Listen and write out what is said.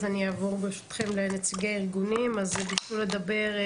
אז אני אעבור ברשותכם לנציגי הארגונים שביקשו לדבר,